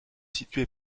située